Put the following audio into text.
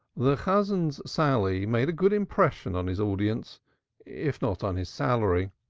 the chazan's sally made a good impression on his audience if not on his salary.